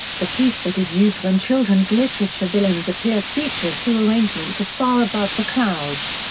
the piece that is used when children's literature villains appear features two arrangements of far above the clouds,